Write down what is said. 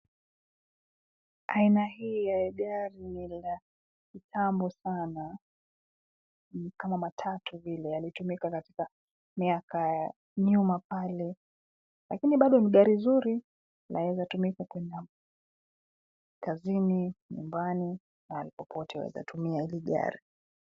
Aina hii ya gari ni ya kitambo sana, ni kama matatu vile. Yalitumika katika miaka nyuma pale. Lakini bado ni gari zuri na linaweza tumika kwenda kazini, nyumbani. Mahali popote waweza tumia hili gari.